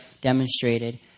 demonstrated